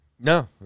No